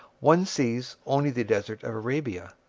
one sees only the desert of arabia,